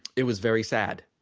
it was very sad.